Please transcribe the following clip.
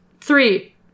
Three